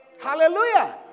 Hallelujah